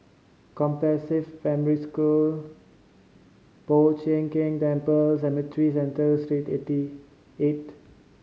Compassvale Primary School Po Chiak Keng Temple Cemetry Central Street eighty eight